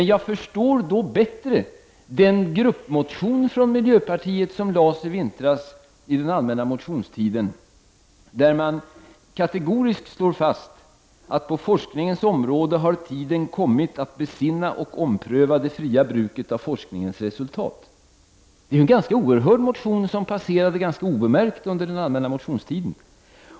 Jag förstår nu bättre den gruppmotion från miljöpartiet som lämnades in i vintras under den allmänna motionstiden, där det kategoriskt slogs fast att på forskningens område har tiden kommit att besinna och ompröva det fria bruket av forskningsresultat. Det är en rätt oerhörd motion som passerade ganska obemärkt under den allmänna motionstiden.